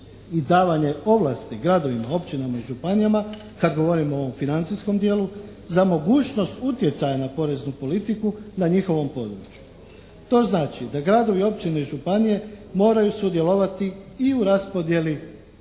i davanje ovlasti gradovima, općinama i županijama kad govorimo o ovom financijskom dijelu za mogućnost utjecaja na poreznu politiku na njihovom području. To znači da gradovi, općine i županije moraju sudjelovati i u raspodjeli recimo